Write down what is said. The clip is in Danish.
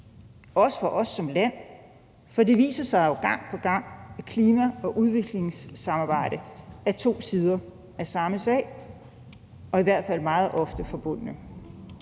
også for os som land, for det viser sig jo gang på gang, at klima- og udviklingssamarbejde er to sider af samme sag, i hvert fald meget ofte forbundne,